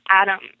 Adam